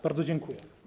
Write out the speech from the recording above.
Bardzo dziękuję.